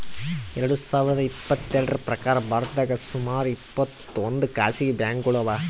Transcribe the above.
ಎರಡ ಸಾವಿರದ್ ಇಪ್ಪತ್ತೆರಡ್ರ್ ಪ್ರಕಾರ್ ಭಾರತದಾಗ್ ಸುಮಾರ್ ಇಪ್ಪತ್ತೊಂದ್ ಖಾಸಗಿ ಬ್ಯಾಂಕ್ಗೋಳು ಅವಾ